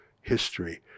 history